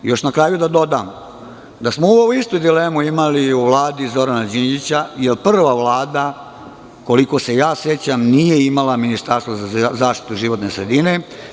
Još na kraju da dodam da smo ovu istu dilemu imali i u Vladi Zorana Đinđića, jer prva Vlada, koliko se ja sećam, nije imala Ministarstvo za zaštitu životne sredine.